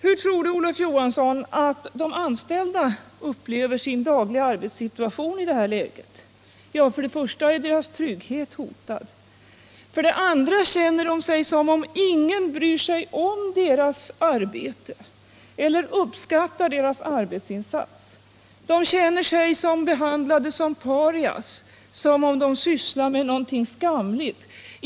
Hur tror du, Olof Johansson, att de anställda upplever sin dagliga arbetssituation i det här läget? Ja, deras trygghet är hotad och därför oroas de ständigt. De känner sig som om ingen bryr sig om deras arbete och uppskattar deras arbetsinsats. De känner sig behandlade som parias — som om de sysslade med någonting skamligt.